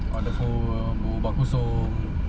on the phone berbual kosong